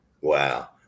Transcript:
Wow